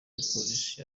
polisi